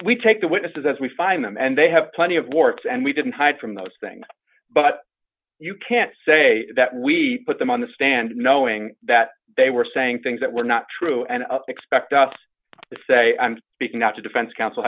take the witnesses as we find them and they have plenty of warts and we didn't hide from those things but you can't say that we put them on the stand knowing that they were saying things that were not true and expect us to say i'm speaking out to defense counsel